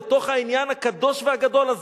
לתוך העניין הקדוש והגדול הזה,